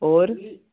होर